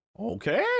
okay